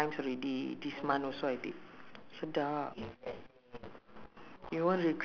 ah at the moment because I told you right they started to open the business in toa payoh right